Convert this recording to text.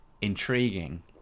intriguing